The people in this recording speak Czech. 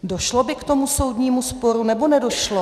Došlo by k tomu soudnímu sporu, nebo nedošlo?